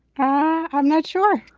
i'm not sure.